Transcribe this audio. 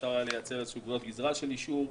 אפשר היה לייצר איזה גבולות גזרה של אישור.